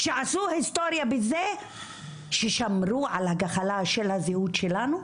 שעשו היסטוריה בזה ששמרו על הגחלת של הזהות שלנו.